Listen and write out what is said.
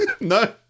No